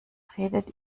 redet